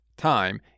Time